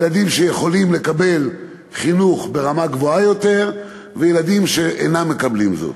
ילדים שיכולים לקבל חינוך ברמה גבוהה יותר וילדים שאינם מקבלים זאת.